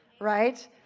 right